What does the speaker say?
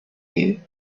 you